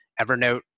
Evernote